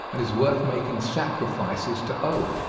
and is worth making sacrifices to own.